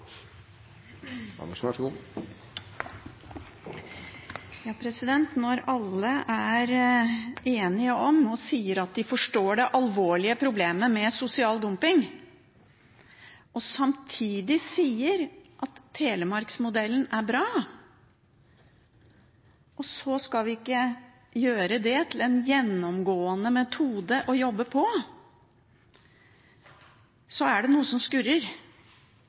forstår det alvorlige problemet med sosial dumping, og samtidig sier at Telemarks-modellen er bra, og så skal vi ikke gjøre det til en gjennomgående metode å jobbe på, så er det noe som skurrer.